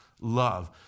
love